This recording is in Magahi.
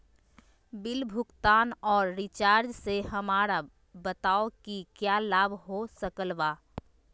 बिल भुगतान और रिचार्ज से हमरा बताओ कि क्या लाभ हो सकल बा?